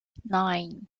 nine